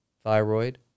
thyroid